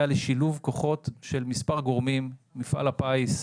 לשילוב כוחות של מספר גורמים: מפעל הפיס,